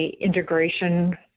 integration